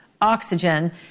oxygen